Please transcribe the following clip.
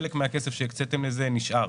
חלק מהכסף שהקצאתם לזה נשאר.